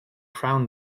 crown